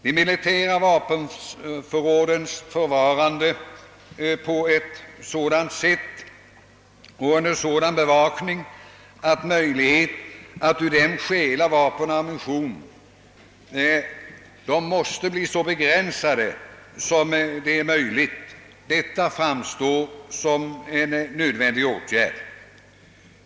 De militära vapenförråden måste ordnas på sådant sätt och hållas under sådan bevakning att möjligheterna att stjäla vapen och ammunition från dem blir så begränsade som möjligt. Detta framstår som en nödvändig åtgärd.